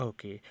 Okay